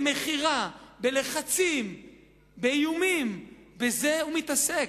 במכירה, בלחצים, באיומים, בזה הוא מתעסק.